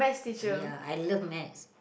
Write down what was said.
ya I love maths